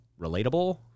relatable